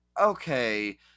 Okay